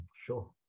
sure